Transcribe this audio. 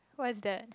what is that